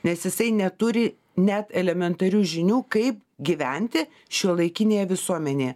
nes jisai neturi net elementarių žinių kaip gyventi šiuolaikinėje visuomenėje